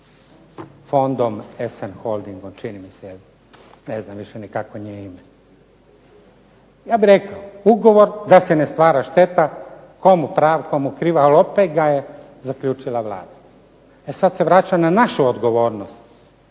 fondom, SM holdingom čini mi se, ne znam više ni kako im je ime. Ja bih rekao ugovor da se ne stvara šteta komu pravo, komu krivo. Ali opet ga je zaključila Vlada. E sad se vraćam na našu odgovornost.